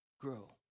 grow